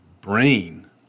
brain